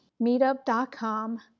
meetup.com